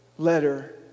letter